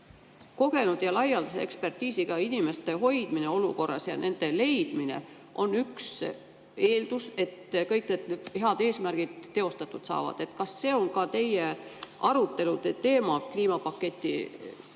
Kogenud ja laialdase ekspertiisiga inimeste hoidmine ja nende leidmine on üks eeldus, et kõik need head eesmärgid teostatud saaksid. Kas see on ka teie aruteludel kliimapaketi tuleviku